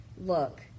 look